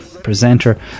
presenter